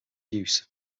use